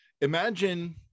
imagine